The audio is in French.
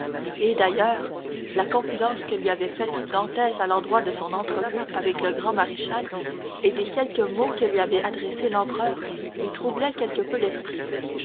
et d'ailleurs la confidence que lui avait faite dantès à l'endroit de son entrevue avec le grand maréchal et des quelques mots que lui avait adressés l'empereur lui troublait quelque peu l'esprit